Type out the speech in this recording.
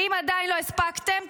ואם עדיין לא הספקתם,